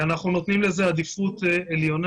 אנחנו נותנים לזה עדיפות עליונה.